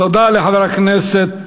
תודה לחבר הכנסת מוזס.